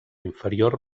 inferior